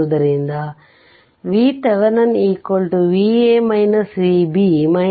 ಆದುದರಿಂದ VThevenin Va Vb 32 43